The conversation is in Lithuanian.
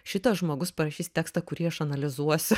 šitas žmogus parašys tekstą kurį aš analizuosiu